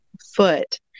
foot